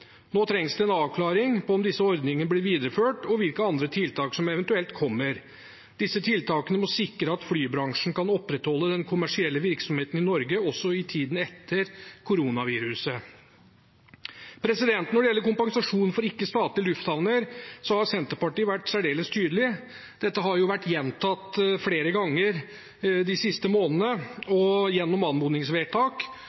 Nå trengs det en avklaring av om disse ordningene blir videreført, og hvilke andre tiltak som eventuelt kommer. Disse tiltakene må sikre at flybransjen kan opprettholde den kommersielle virksomheten i Norge også i tiden etter koronaviruset. Når det gjelder kompensasjon for ikke-statlige lufthavner, har Senterpartiet vært særdeles tydelig. Dette har jo vært gjentatt flere ganger de siste månedene,